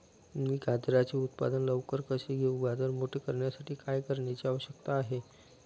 मी गाजराचे उत्पादन लवकर कसे घेऊ? गाजर मोठे करण्यासाठी काय करण्याची आवश्यकता आहे?